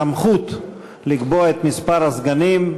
הסמכות לקבוע את מספר הסגנים,